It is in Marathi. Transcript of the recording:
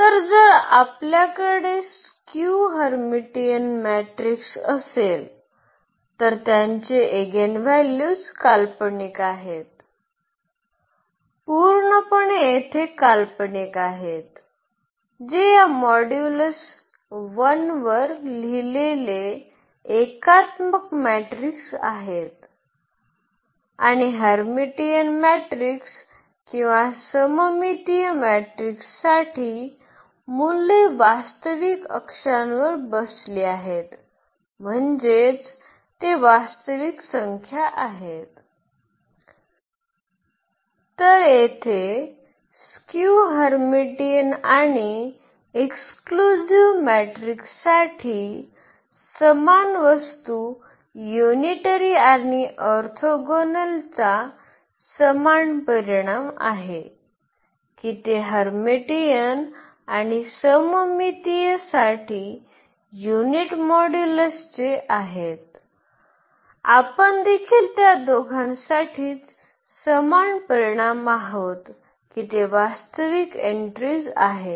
तर जर आपल्याकडे स्क्यू हर्मिटियन मॅट्रिक्स असेल तर त्यांचे एगिनॅव्हल्यूज काल्पनिक आहेत पूर्णपणे येथे काल्पनिक आहेत जे या मॉड्यूलस 1 वर लिहिलेले एकात्मक मॅट्रिक्स आहेत आणि हर्मिटियन मॅट्रिक्स किंवा सममितीय मॅट्रिक्ससाठी मूल्ये वास्तविक अक्षांवर बसली आहेत म्हणजेच ते वास्तविक संख्या आहेत तर येथे स्क्यू हर्मिटियन आणि एक्सक्लुझिव्ह मेट्रिकसाठी समान वस्तू युनिटरी आणि ऑर्थोगोनलचा समान परिणाम आहे की ते हर्मीटियन आणि सममितीय साठी युनिट मॉड्यूलसचे आहेत आपण देखील त्या दोघांसाठीच समान परीणाम आहोत की ते वास्तविक एन्ट्रीज आहेत